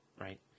right